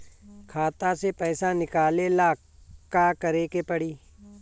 खाता से पैसा निकाले ला का करे के पड़ी?